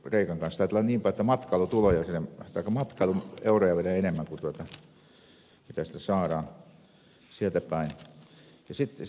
taitaa olla niin päin että matkailueuroja viedään enemmän kuin saadaan sieltä päin